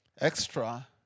Extra